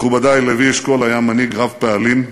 מכובדי, לוי אשכול היה מנהיג רב-פעלים,